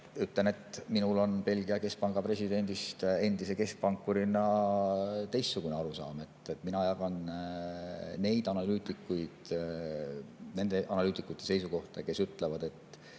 ütlen, et minul on Belgia keskpanga presidendist endise keskpankurina teistsugune arusaam. Mina jagan nende analüütikute seisukohta, kes ütlevad, et